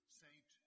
saint